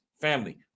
family